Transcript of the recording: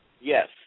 Yes